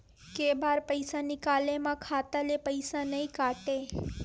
के बार पईसा निकले मा खाता ले पईसा नई काटे?